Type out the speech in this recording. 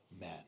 men